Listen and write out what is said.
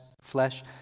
flesh